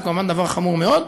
שזה כמובן דבר חמור מאוד,